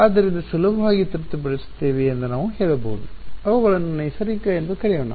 ಆದ್ದರಿಂದ ಸುಲಭವಾಗಿ ತೃಪ್ತಿಪಡಿಸುತ್ತೇವೆ ಎಂದು ನಾವು ಹೇಳಬಹುದು ಅವುಗಳನ್ನು ನೈಸರ್ಗಿಕ ಎಂದು ಕರೆಯೋಣ